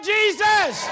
Jesus